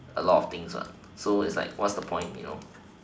a lot of things so it's like what's the point you know